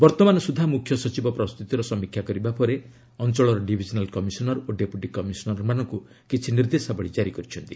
ବର୍ତ୍ତମାନ ସୁଦ୍ଧା ମୁଖ୍ୟ ସଚିବ ପ୍ରସ୍ତୁତିର ସମୀକ୍ଷା କରିବା ପରେ ଅଞ୍ଚଳର ଡିଭିଜନାଲ୍ କମିଶନର ଓ ଡେପୁଟି କମିଶନର୍ମାନଙ୍କୁ କିଛି ନିର୍ଦ୍ଦେଶାବଳୀ ଜାରି କରିଛନ୍ତି